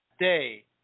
day